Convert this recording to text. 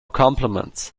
compliments